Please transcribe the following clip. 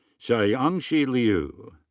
shaliangzi liu.